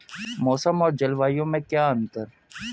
मौसम और जलवायु में क्या अंतर?